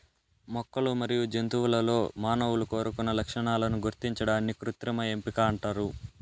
మొక్కలు మరియు జంతువులలో మానవులు కోరుకున్న లక్షణాలను గుర్తించడాన్ని కృత్రిమ ఎంపిక అంటారు